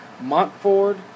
Montford